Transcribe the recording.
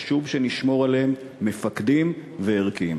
וחשוב שנשמור עליהם מפקדים וערכיים.